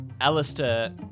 Alistair